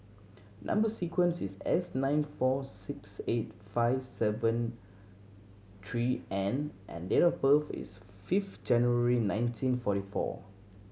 number sequence is S nine four six eight five seven three N and date of birth is fifth January nineteen forty four